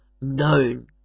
known